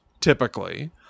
typically